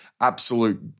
absolute